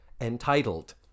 entitled